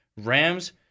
Rams